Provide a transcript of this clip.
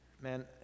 man